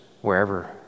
wherever